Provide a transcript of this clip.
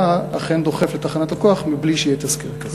אכן דוחף את תחנת הכוח מבלי שיהיה תסקיר כזה?